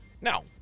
Now